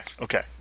okay